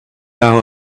hour